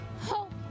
hope